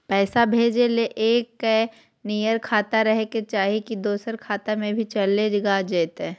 पैसा भेजे ले एके नियर खाता रहे के चाही की दोसर खाता में भी चलेगा जयते?